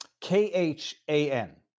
K-H-A-N